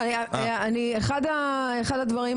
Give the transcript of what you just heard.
אחד הדברים,